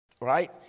right